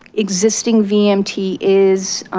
existing vmt is,